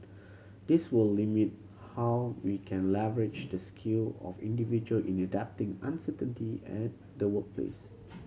this will limit how we can leverage the skill of individual in adapting uncertainty at the workplace